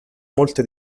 molte